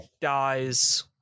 dies